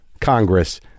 Congress